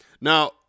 Now